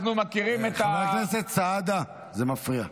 חבר הכנסת סעדה, זה מפריע.